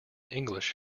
english